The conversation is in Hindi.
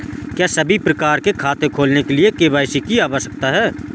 क्या सभी प्रकार के खाते खोलने के लिए के.वाई.सी आवश्यक है?